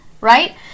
right